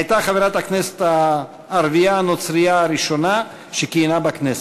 הייתה חברת הכנסת הערבייה הנוצרייה הראשונה שכיהנה בכנסת.